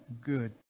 good